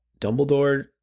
Dumbledore